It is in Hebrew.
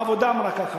העבודה אמרה ככה.